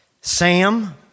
Sam